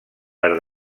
per